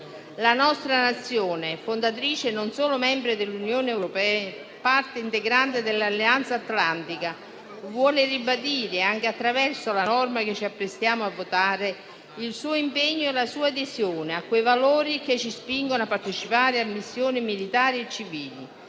La nostra Nazione, fondatrice e non solo membro dell'Unione europea, parte integrante dell'Alleanza atlantica, vuole ribadire, anche attraverso la norma che ci apprestiamo a votare, il suo impegno e la sua adesione a quei valori che ci spingono a partecipare a missioni militari e civili,